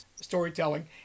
storytelling